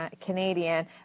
Canadian